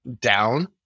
down